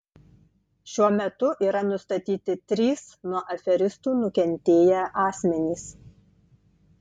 šiuo metu yra nustatyti trys nuo aferistų nukentėję asmenys